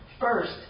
first